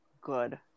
good